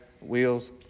wheels